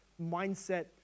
mindset